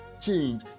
change